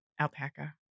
alpaca